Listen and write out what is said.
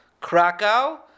Krakow